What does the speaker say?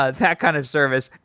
ah that kind of service.